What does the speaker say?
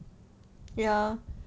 ya